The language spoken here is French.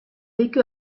vécu